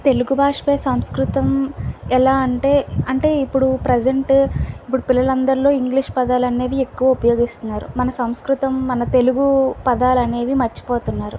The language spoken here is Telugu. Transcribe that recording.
తెలుగు భాషపై సంస్కృతం ఎలా అంటే అంటే ఇప్పుడు ప్రజెంట్ ఇప్పుడు పిల్లలందరిలో ఇంగ్లీష్ పదాలు అనేది ఎక్కువ ఉపయోగిస్తున్నారు మన సంస్కృతం మన తెలుగు పదాలనేవి మర్చిపోతున్నారు